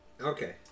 Okay